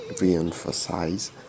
re-emphasize